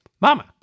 Mama